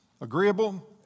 Agreeable